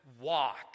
walk